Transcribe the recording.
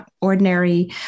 Ordinary